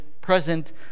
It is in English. present